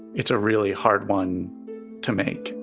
it's a really hard one to make